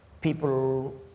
people